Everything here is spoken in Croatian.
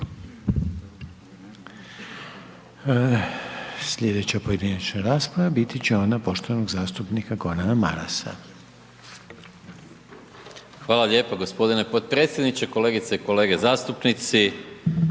Sljedeća pojedinačna rasprava biti će ona poštovanog zastupnika Gorana Marasa. **Maras, Gordan (SDP)** hvala lijepo g. potpredsjedniče. Kolegice i kolege zastupnici.